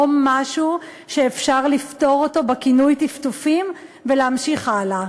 משהו שאפשר לפטור אותו בכינוי טפטופים ולהמשיך הלאה.